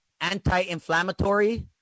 anti-inflammatory